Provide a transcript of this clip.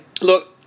Look